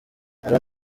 aaron